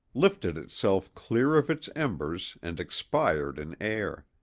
lifted itself clear of its embers and expired in air.